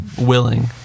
willing